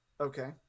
Okay